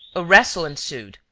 a wrestle ensued,